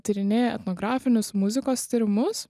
tyrinėja etnografinius muzikos tyrimus